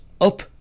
up